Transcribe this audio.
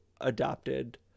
adopted